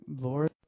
Lord